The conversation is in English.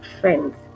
friends